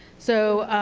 so,